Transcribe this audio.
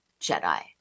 Jedi